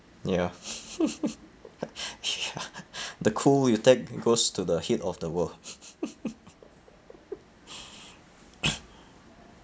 ya ya the goes to the head of the world